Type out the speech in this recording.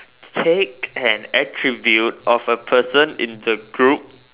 take an attribute of a person in the group